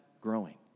growing